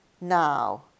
now